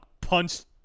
punched